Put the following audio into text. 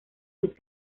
luis